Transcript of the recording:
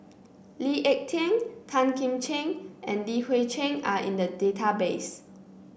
Lee Ek Tieng Tan Kim Ching and Li Hui Cheng are in the database